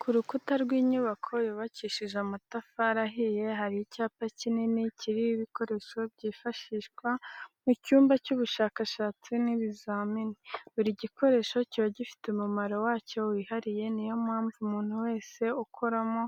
Ku rukukuta w'inyubako yubakishije amatafari ahiye hari icyapa kikini kiriho ibikoresho byifashishwa mu cyumba cy'ubushakashatsi n'ibizamini, buri gikoresho kiba gifite umumaro wacyo wihariye niyo mpamvu umuntu wese ukoramo